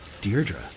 Deirdre